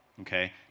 okay